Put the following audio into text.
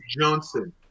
Johnson